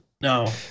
No